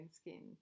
skin